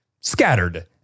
scattered